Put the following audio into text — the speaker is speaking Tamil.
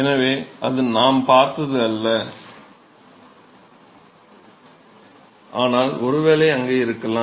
எனவே அது நாம் பார்த்தது அல்ல ஆனால் ஒருவேளை அங்கே இருக்கலாம்